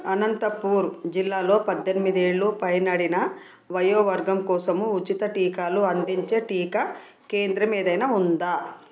అనంతపూర్ జిల్లాలో పద్దెనిమిదేళ్ళు పైనబడిన వయోవర్గం కోసము ఉచిత టీకాలు అందించే టీకా కేంద్రం ఏదైనా ఉందా